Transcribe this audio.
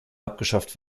abgeschafft